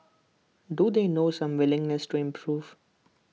do they know some willingness to improve